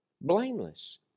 blameless